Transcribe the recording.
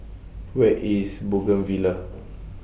Where IS Bougainvillea